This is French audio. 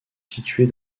située